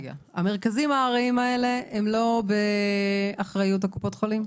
המרכזים הארעיים האלה הם לא באחריות קופות החולים?